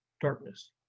darkness